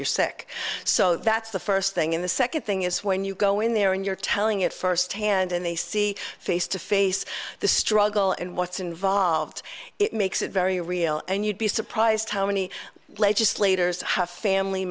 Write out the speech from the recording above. you're sick so that's the first thing in the second thing is when you go in there and you're telling it firsthand and they see face to face the struggle and what's involved it makes it very real and you'd be surprised how many legislators have family